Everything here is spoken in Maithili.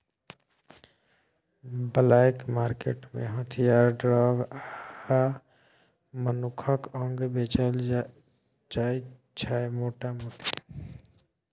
ब्लैक मार्केट मे हथियार, ड्रग आ मनुखक अंग बेचल जाइ छै मोटा मोटी